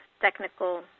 technical